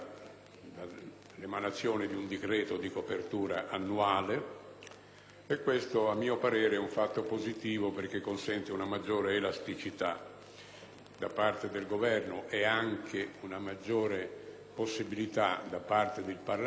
Questo è a mio vero parere un fatto positivo, perché consente una maggiore elasticità da parte del Governo ed anche maggiore possibilità da parte del Parlamento di seguire più da vicino lo sviluppo di tali operazioni.